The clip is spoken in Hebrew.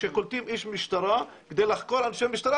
שקולטים איש משטרה כדי לחקור אנשי משטרה,